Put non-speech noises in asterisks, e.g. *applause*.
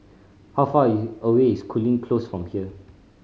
how far *unintelligible* away is Cooling Close from here